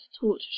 taught